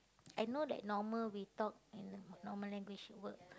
I know that normal we talk in normal language it work